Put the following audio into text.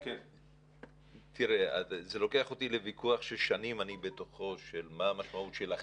זה לוקח אותי לוויכוח ששנים אני בתוכו של מה משמעות החיטוב,